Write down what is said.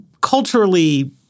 culturally